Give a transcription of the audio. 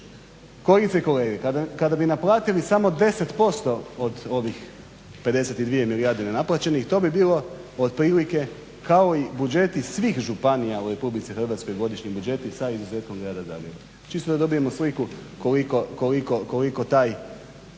i kolege, kada bi naplatili samo 10% od ovih 52 milijarde nenaplaćenih to bi bilo otprilike kao i budžeti svih županija u Republici Hrvatskoj, godišnji budžeti sa izuzetkom grada Zagreba čisto da dobijemo sliku koliko taj